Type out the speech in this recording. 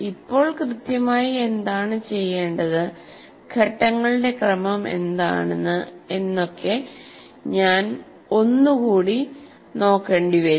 ഇപ്പോൾ കൃത്യമായി എന്താണ് ചെയ്യേണ്ടത് ഘട്ടങ്ങളുടെ ക്രമം എന്താണ് എന്നൊക്കെ ഞാൻ ഒന്ന് കൂടി നോക്കേണ്ടി വരും